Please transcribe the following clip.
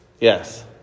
Yes